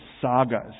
sagas